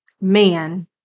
man